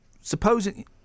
Supposing